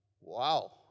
Wow